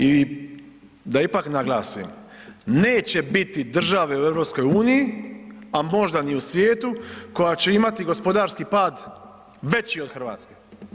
I da ipak naglasim, neće biti države u EU, a možda ni u svijetu koja će imati gospodarski pad veći od Hrvatske.